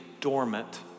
dormant